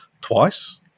twice